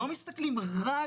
לא מסתכלים רק